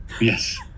Yes